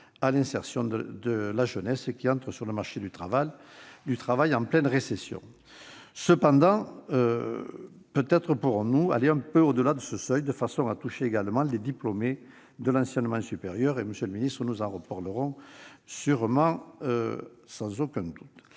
à l'insertion de la jeunesse qui entre sur un marché du travail en pleine récession. Cependant, peut-être pourrons-nous aller un peu au-delà de ce seuil, de façon à toucher également les diplômés de l'enseignement supérieur. Nous en reparlerons ... Pour finir, je